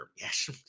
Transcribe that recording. Yes